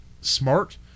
smart